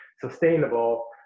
sustainable